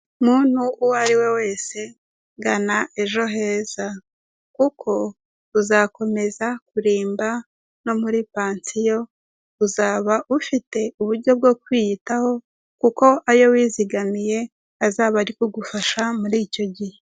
Muntu uwo ari we wese gana ejo heza kuko uzakomeza kurimba no muri pansiyo, uzaba ufite uburyo bwo kwiyitaho, kuko ayo wizigamiye azaba ari kugufasha muri icyo gihe.